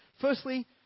firstly